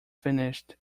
finished